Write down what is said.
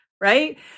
right